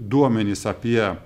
duomenys apie